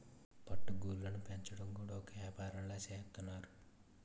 పట్టు గూళ్ళుని పెంచడం కూడా ఒక ఏపారంలా సేత్తన్నారు